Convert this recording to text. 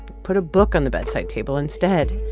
put a book on the bedside table instead.